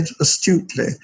astutely